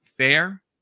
fair